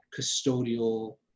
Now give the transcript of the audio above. custodial